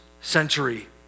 century